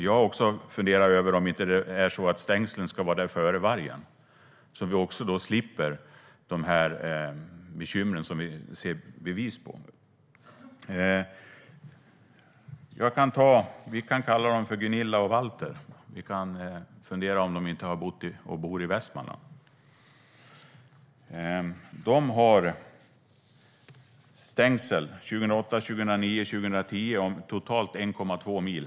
Jag har funderat över om inte stängslen ska finnas där före vargen så att vi slipper bekymren. Låt oss kalla dem Gunilla och Valter. Vi kan fundera över om de inte bor i Västmanland. De har satt upp stängsel 2008, 2009 och 2010 om totalt 1,2 mil.